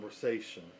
conversation